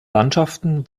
landschaften